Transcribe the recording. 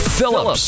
Phillips